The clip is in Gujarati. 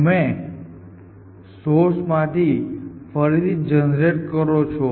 તમે સોર્સ માંથી ફરીથી જનરેટ કરો છો